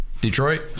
Detroit